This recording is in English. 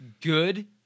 Good